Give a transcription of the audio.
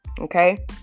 Okay